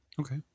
Okay